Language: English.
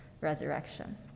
resurrection